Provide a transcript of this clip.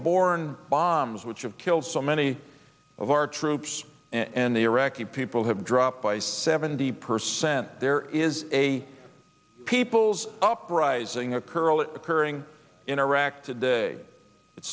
borne bombs which of killed so many of our troops and the iraqi people have dropped by seventy percent there is a people's uprising a curl occurring in iraq today it